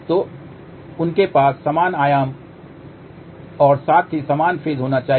तो उनके पास समान आयाम और साथ ही समान फ़ेज होना चाहिए